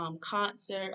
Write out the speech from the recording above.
concert